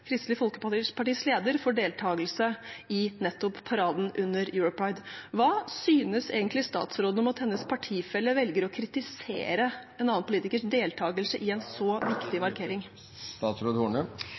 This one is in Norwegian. Kristelig Folkepartis leder for deltakelse i nettopp paraden under EuroPride. Hva synes egentlig statsråden om at hennes partifelle velger å kritisere en annen politikers deltakelse i en så viktig